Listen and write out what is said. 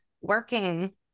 working